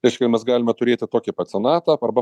reiškia mes galime turėti tokį pat senatą arba